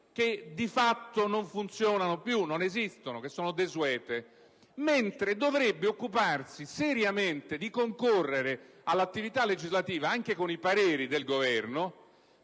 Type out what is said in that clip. che di fatto non funzionano più, non esistono e che sono desuete, mentre dovrebbe occuparsi seriamente di concorrere all'attività legislativa anche con i suoi pareri per evitare